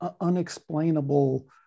unexplainable